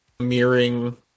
mirroring